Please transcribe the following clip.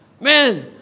Man